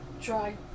try